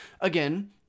Again